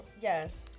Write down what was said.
Yes